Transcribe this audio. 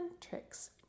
tricks